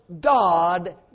God